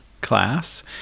class